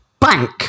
bank